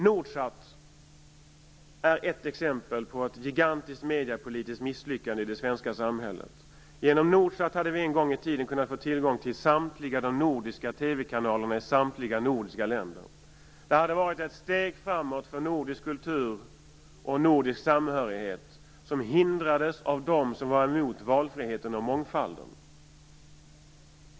Nordsat är ett exempel på ett gigantiskt mediepolitiskt misslyckande i det svenska samhället. Genom Nordsat hade vi en gång i tiden kunnat få tillgång till samtliga de nordiska TV-kanalerna i samtliga nordiska länder. Det hade varit ett steg framåt för nordisk kultur och nordisk samhörighet, som hindrades av dem som var emot valfriheten och mångfalden.